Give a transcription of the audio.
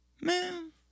Man